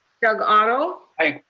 doug otto? aye.